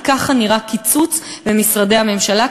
כי ככה נראה קיצוץ במשרדי הממשלה,